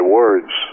words